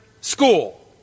school